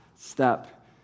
step